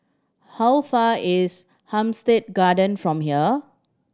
how far is Hampstead Garden from here